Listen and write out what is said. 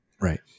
Right